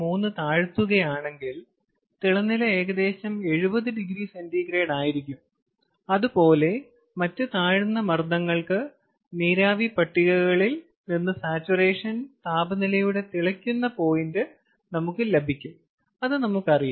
3 താഴ്ത്തുകയാണെങ്കിൽ തിളനില ഏകദേശം 70 ഡിഗ്രി സെന്റിഗ്രേഡായിരിക്കും അതുപോലെ മറ്റ് താഴ്ന്ന മർദ്ദങ്ങൾക്ക് നീരാവി പട്ടികകളിൽ നിന്ന് സാച്ചുറേഷൻ താപനിലയുടെ തിളയ്ക്കുന്ന പോയിന്റ് നമുക്ക് ലഭിക്കും അത് നമുക്കറിയാം